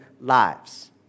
lives